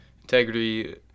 integrity